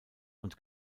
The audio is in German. und